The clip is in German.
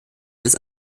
des